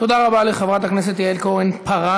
תודה רבה לחברת הכנסת יעל כהן-פּארן.